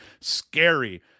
scary